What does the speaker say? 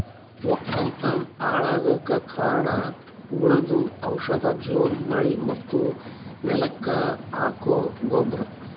ವಕ್ಕಲತನ್ ಹಾಳಗಕ್ ಕಾರಣ್ ಹುಳದು ಔಷಧ ಜೋರ್ ಮಳಿ ಮತ್ತ್ ನೆಲಕ್ ಹಾಕೊ ಗೊಬ್ರ